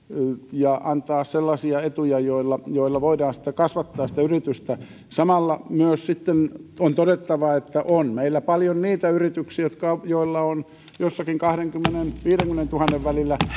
ja antaa sellaisia etuja joilla joilla voidaan kasvattaa sitä yritystä samalla myös sitten on todettava että on meillä paljon niitä yrityksiä joilla tulot ovat jossakin kahdenkymmenentuhannen ja viidenkymmenentuhannen välillä